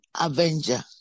avenger